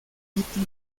kitty